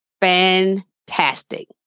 Fantastic